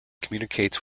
communicates